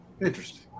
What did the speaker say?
Interesting